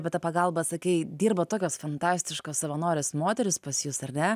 apie tą pagalbą sakei dirba tokios fantastiškos savanorės moterys pas jus ar ne